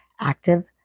active